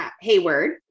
Hayward